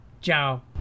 Ciao